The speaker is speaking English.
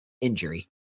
injury